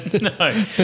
No